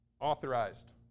Authorized